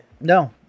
No